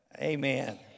Amen